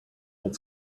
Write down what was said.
old